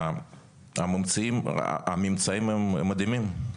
הממצאים הם מדהימים,